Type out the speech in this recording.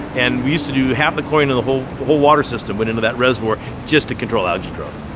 and we used to do half the chlorine and the whole whole water system went into that reservoir just to control algae growth.